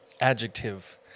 adjective